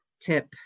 tip